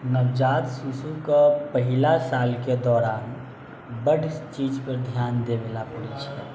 नवजात शिशुके पहिला सालके दौरान बड्ड चीजपर ध्यान देबे ला पड़ैत छै